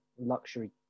luxury